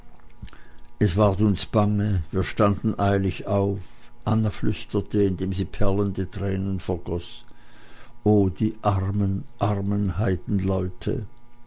es ward uns bange wir standen eilig auf anna flüsterte indem sie perlende tränen vergoß oh die armen armen